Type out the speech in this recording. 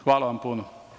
Hvala vam puno.